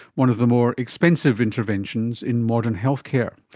one of the more expensive interventions in modern healthcare.